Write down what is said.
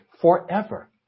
forever